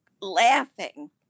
laughing